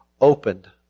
opened